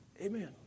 amen